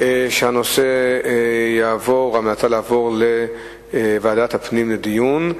להמלצה שהנושא יעבור לוועדת הפנים לדיון.